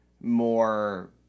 more